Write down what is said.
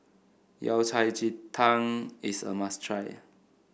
Yao Cai Ji Tang is a must try